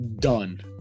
done